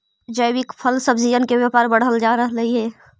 जैविक फल सब्जियन के व्यापार बढ़ल जा रहलई हे